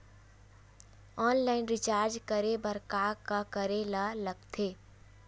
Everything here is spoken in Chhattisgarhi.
ऑनलाइन रिचार्ज करे बर का का करे ल लगथे?